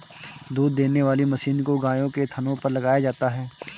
दूध देने वाली मशीन को गायों के थनों पर लगाया जाता है